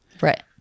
Right